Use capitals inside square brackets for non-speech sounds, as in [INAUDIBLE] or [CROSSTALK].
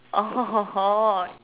oh [LAUGHS]